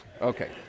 Okay